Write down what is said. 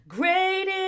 great